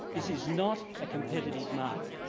this is not a competitive market.